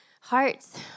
hearts